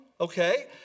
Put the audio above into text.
okay